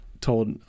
told